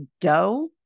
dough